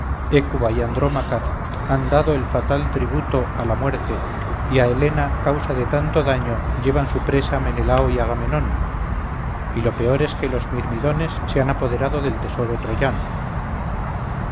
policena hécuba y andrómaca han dado el fatal tributo a la muerte y a elena causa de tanto daño llevan su presa menalao y agamenón y lo peor es que los mirmidones se han apoderado del tesoro troyano